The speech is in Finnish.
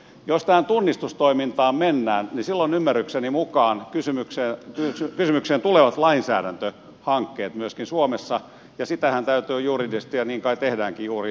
jos tähän tunnistustoimintaan mennään niin silloin ymmärrykseni mukaan kysymykseen tulevat lainsäädäntöhankkeet myöskin suomessa ja sitähän täytyy tehdä juridisesti ja niin kai tehdäänkin juuri parhaillaan